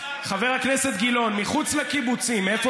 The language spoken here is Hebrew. חבר הכנסת גילאון, מחוץ לקיבוצים, איפה